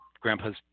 grandpa's